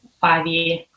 five-year